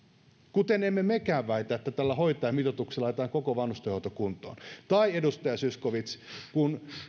kuten emme mekään väitä että tällä hoitajamitoituksella laitetaan koko vanhustenhoito kuntoon tai edustaja zyskowicz kun